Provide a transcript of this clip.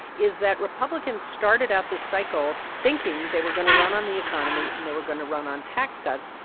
is that republicans started out this cycle thinking they were going to run on the economy, and they were going to run on tax cuts.